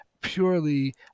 purely